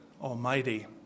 Almighty